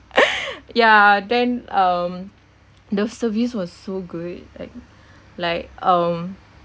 ya then um the service was so good like like um